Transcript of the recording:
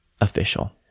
official